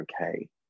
okay